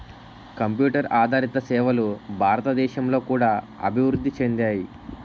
computer ఆదారిత సేవలు భారతదేశంలో కూడా అభివృద్ధి చెందాయి